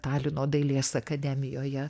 talino dailės akademijoje